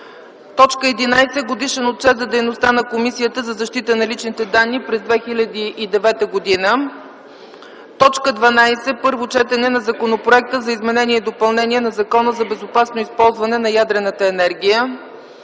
11. Годишен отчет за дейността на Комисията за защита на личните данни през 2009 г. 12. Първо четене на Законопроекта за изменение и допълнение на Закона за безопасно използване на ядрената енергия.